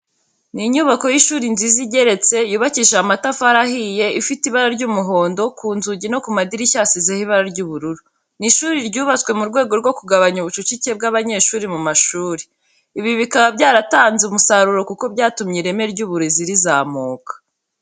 Ni inyubako y'ishuri nziza igeretse, yubakishije amatafari ahiye ifite ibara ry'umuhondo, ku nzugi no ku madirishya hasizeho ibara ry'ubururu. Ni ishuri ryubatwe mu rwego rwo kugabanya ubucucike bw'abanyeshuri mu mashuri. Ibi bikaba byaratanze umusaruro kuko byatumye ireme ry'uburezi rizamuka.